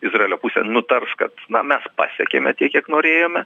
izraelio pusė nutars kad na mes pasiekėme tiek kiek norėjome